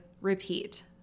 repeat